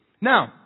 Now